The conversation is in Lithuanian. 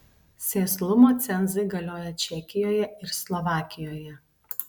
sėslumo cenzai galioja čekijoje ir slovakijoje